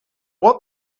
what